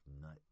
nut